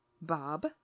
Bob